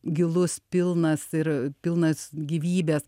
gilus pilnas ir pilnas gyvybės